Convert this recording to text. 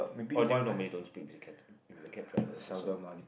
or do you normally don't speak with the cab with the cab drivers also